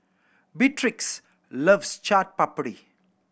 Beatrix loves Chaat Papri